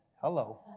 Hello